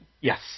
Yes